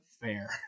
Fair